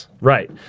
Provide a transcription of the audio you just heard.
Right